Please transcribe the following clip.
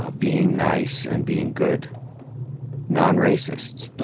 ah being nice and being good non-racists.